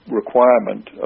requirement